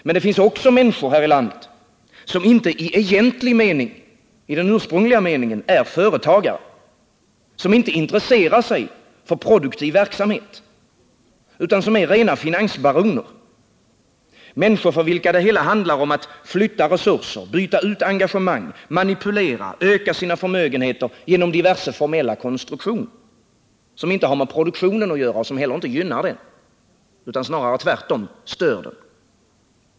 Men det finns också människor här i landet som inte i egentlig och ursprunglig mening är företagare, som inte intresserar sig för produktiv verksamhet, utan som är rena finansbaroner — människor för vilka det hela handlar om att flytta resurser, byta ut engagemang, manipulera, öka sina förmögenheter genom diverse formella konstruktioner som inte har med produktionen att göra och som inte heller gynnar dem utan tvärtom snarare stör den.